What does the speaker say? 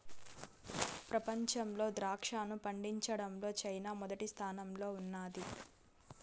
ప్రపంచంలో ద్రాక్షను పండించడంలో చైనా మొదటి స్థానంలో ఉన్నాది